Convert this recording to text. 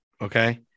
okay